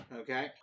okay